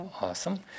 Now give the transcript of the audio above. Awesome